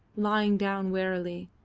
lying down wearily.